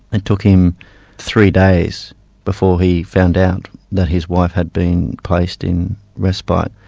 and took him three days before he found out that his wife had been placed in respite.